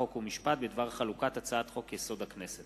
חוק ומשפט בדבר חלוקת הצעת חוק-יסוד: הכנסת